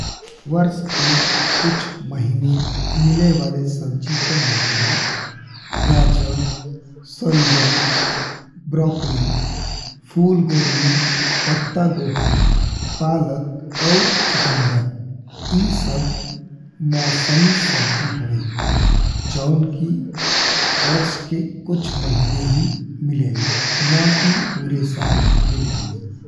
वर्ष के कुछ महीने मिले वाले सब्जी का नाम बा गाजर, सलजम, ब्रोकली, फूल गोभी, पत्ता गोभी, पालक और चुकंदर। ई सब मौसमी सब्जी हवे जऊन कि वर्ष के कुछ महीने ही मिलेली ना कि पूरा साल मिलेली।